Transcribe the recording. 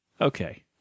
Okay